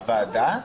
הוועדה?